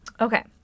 okay